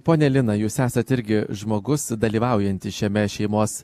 ponia lina jūs esat irgi žmogus dalyvaujantis šiame šeimos